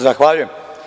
Zahvaljujem.